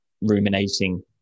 ruminating